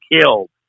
killed